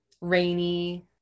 rainy